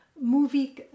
movie